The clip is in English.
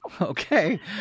Okay